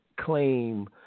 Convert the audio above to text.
claim